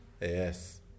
Yes